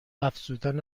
افزودن